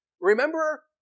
remember